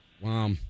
Wow